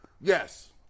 Yes